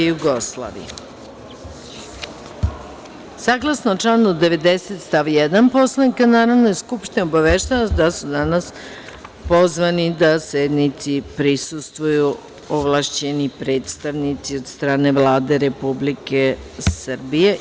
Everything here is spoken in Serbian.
Saglasno članu 90. stav 1. Poslovnika Narodne skupštine obaveštavam da su danas pozvani da sednici prisustvuju ovlašćeni predstavnici od strane Vlade Republike Srbije.